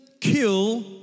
kill